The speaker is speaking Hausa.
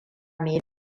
mai